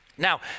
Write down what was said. Now